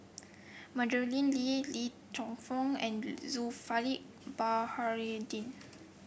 Madeleine Lee Ling Geok Choon and Zulkifli Baharudin